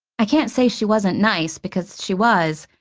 i can't say she wasn't nice, because she was,